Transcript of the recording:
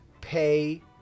pay